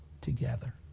together